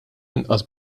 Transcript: inqas